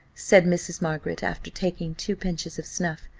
said mrs. margaret, after taking two pinches of snuff,